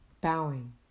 bowing